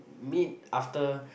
meet after